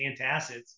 antacids